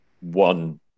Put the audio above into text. one